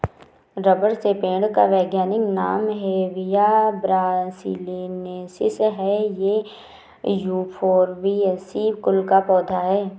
rubber के पेड़ का वैज्ञानिक नाम हेविया ब्रासिलिनेसिस है ये युफोर्बिएसी कुल का पौधा है